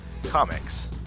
Comics